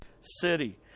city